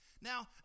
Now